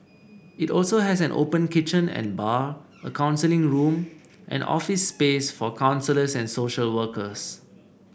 it also has an open kitchen and bar a counselling room and office space for counsellors and social workers